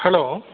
hello